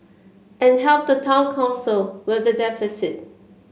and help the town council with the deficit